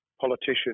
politician